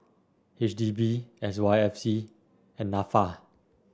H D B S Y F C and NAFA